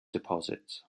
deposits